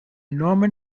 norman